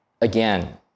again